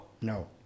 No